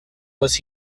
was